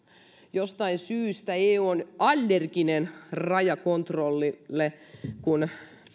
jostain syystä eu on allerginen rajakontrollille kun